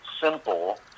simple